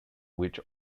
which